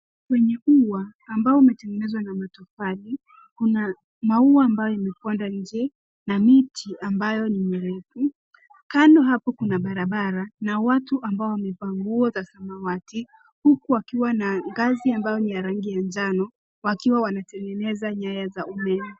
Kwenye huwa ambao umetengenezwa na matofali. Kuna maua ambayo imeponda nje na miti ambayo nimrefu. Kando hapo kuna barabara na watu ambao wamevaa nguo za zamawati. Huku wakiwa na ngazi ambayo ni ya rangi ya njano wakiwa wanatengeneza nyaya za umeme.